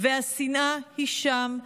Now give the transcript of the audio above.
והשנאה היא שם,